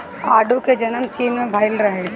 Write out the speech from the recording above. आडू के जनम चीन में भइल रहे